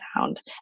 sound